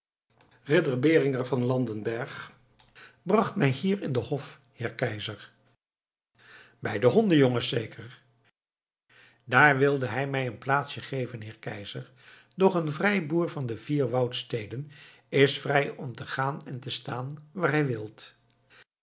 ridder beringer van landenberg bracht mij hier in den hof heer keizer bij de hondenjongens zeker daar wilde hij mij een plaatsje geven heer keizer doch een vrijboer van de vier woudsteden is vrij om te gaan en te staan waar hij wil